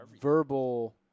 verbal